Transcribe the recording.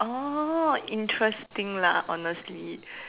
oh interesting lah honestly